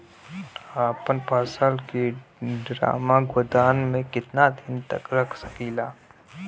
अपना फसल की ड्रामा गोदाम में कितना दिन तक रख सकीला?